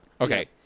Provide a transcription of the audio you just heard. Okay